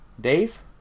Dave